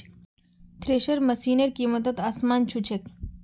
thresher मशिनेर कीमत त आसमान छू छेक